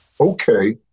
Okay